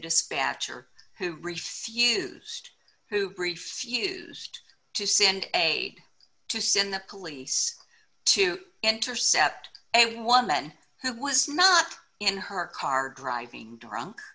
dispatcher who refused who brief used to send a to send the police to intercept a woman who was not in her car driving drunk